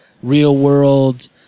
real-world